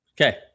Okay